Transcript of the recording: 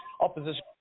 Opposition